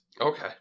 Okay